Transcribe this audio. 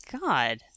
god